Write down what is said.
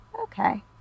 Okay